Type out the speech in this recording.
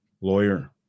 lawyer